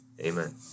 amen